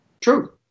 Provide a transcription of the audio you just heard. True